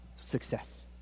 success